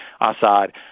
Assad